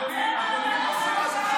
(קוראת בשמות חברי הכנסת)